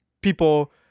people